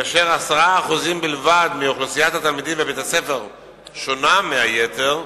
כאשר 10% בלבד מאוכלוסיית התלמידים בבית-הספר שונה מהיתר,